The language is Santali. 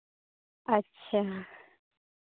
ᱟᱪᱪᱷᱟ